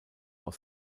aus